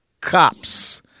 cops